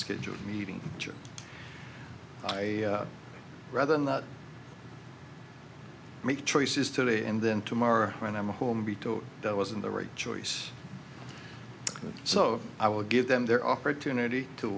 scheduled meeting rather than the make choices today and then tomorrow when i'm home be told that wasn't the right choice so i will give them their opportunity to